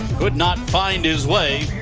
could not find his way.